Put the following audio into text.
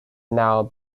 now